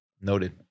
Noted